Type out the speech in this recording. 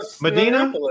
Medina